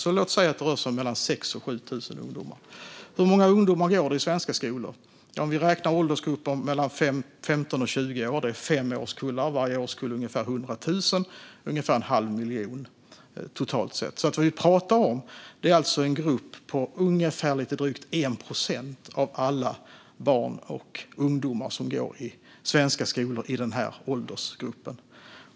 Låt oss säga att det rör sig om mellan 6 000 och 7 000 ungdomar. Hur många ungdomar går i svenska skolor? Om vi räknar åldersgruppen 15-20 år, fem årskullar, och varje årskull är ungefär 100 000, är det alltså ungefär en halv miljon totalt sett. Vi pratar alltså om en grupp på ungefär lite drygt 1 procent av alla barn och ungdomar som går i svenska skolor i den åldersgruppen.